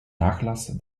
nachlass